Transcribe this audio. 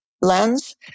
lens